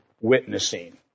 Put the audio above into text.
witnessing